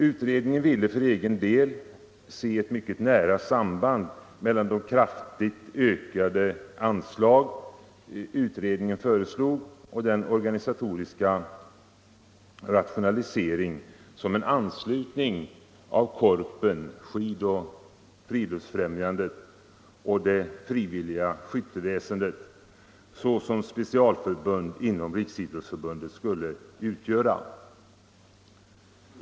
Utredningen ville för egen del se ett mycket nära samband mellan de kraftigt ökade anslag som utredningen föreslog och den organisatoriska rationalisering som en anslutning av Korpen, Skidoch friluftsfrämjandet och det frivilliga skytteväsendet såsom specialförbund inom Riksidrottsförbundet skulle utgöra.